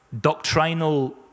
doctrinal